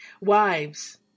Wives